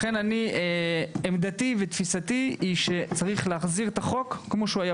לכן עמדתי ותפיסתי היא שצריך להחזיר את החוק כפי שהיה